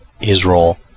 Israel